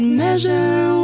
measure